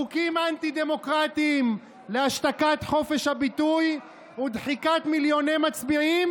חוקים אנטי-דמוקרטיים להשתקת חופש הביטוי ודחיקת מילוני מצביעים?